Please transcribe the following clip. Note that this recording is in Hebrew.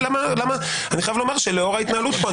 אני חייב לומר שלאור ההתנהלות פה,